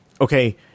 okay